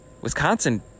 Wisconsin